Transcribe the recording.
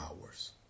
hours